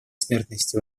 смертности